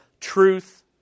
truth